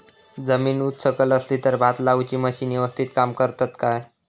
जमीन उच सकल असली तर भात लाऊची मशीना यवस्तीत काम करतत काय?